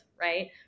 Right